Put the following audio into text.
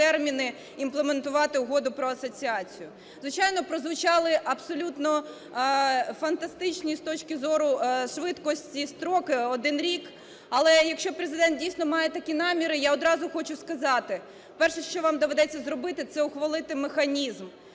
імплементувати Угоду про асоціацію. Звичайно, прозвучали абсолютно фантастичні з точки зору швидкості строки – один рік, але якщо Президент дійсно має такі наміри, я одразу хочу сказати, перше, що вам доведеться зробити, це ухвалити механізм,